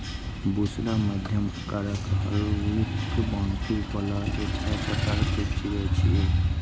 बुशरा मध्यम आकारक, हल्लुक पांखि बला एकटा सतर्क चिड़ै छियै